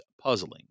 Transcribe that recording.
puzzling